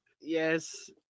yes